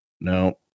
No